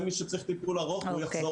צריך אבחנה פסיכיאטרית.